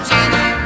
Jenny